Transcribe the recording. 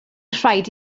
rhaid